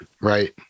Right